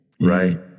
right